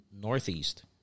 northeast